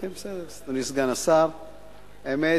האמת,